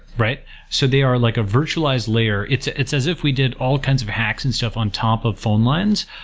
so they are like a virtualized layer. it's ah it's as if we did all kinds of hacks and stuff on top of phone lines,